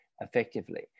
effectively